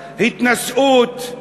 התנשאות,